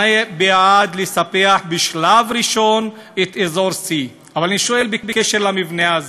אני בעד לספח בשלב ראשון את אזור C. אבל אני שואל בקשר למבנה הזה,